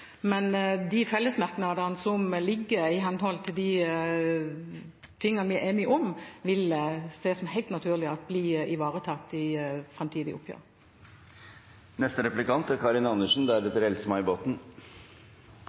men de fellesmerknadene som er knyttet til de tingene vi er enige om, vil jeg se som helt naturlig blir ivaretatt i